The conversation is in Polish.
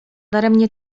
daremnie